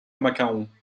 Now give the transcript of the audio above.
mcmahon